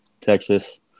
Texas